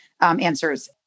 answers